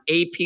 AP